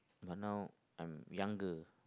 but now I'm younger